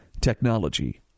technology